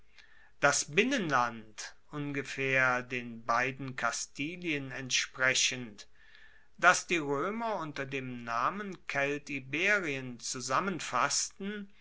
das binnenland ungefaehr den beiden kastilien entsprechend das die roemer unter dem namen keltiberien zusammenfassten